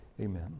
Amen